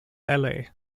alley